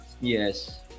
Yes